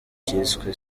cyiswe